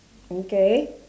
okay